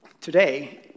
Today